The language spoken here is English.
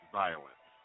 violence